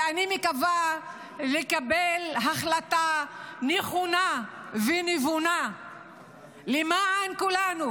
ואני מקווה לקבל החלטה נכונה ונבונה למען כולנו,